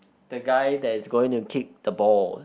the guy that is going to kick the ball